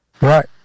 Right